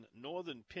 northern